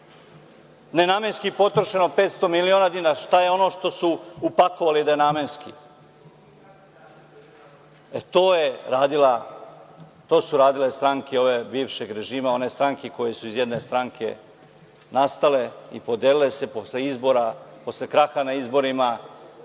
nenamenski potrošeno 500 miliona dinara, a šta je ono što su upakovali da je namenski? To su radile stranke bivšeg režima, one stranke koje su iz jedne stranke nastale i podelile se posle izbora,